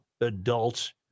adults